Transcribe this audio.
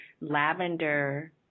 lavender